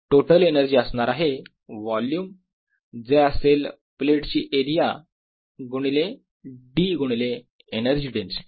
total energy असणार आहे volume जे असेल प्लेटची एरिया गुणिले d गुणिले एनर्जी डेन्सिटी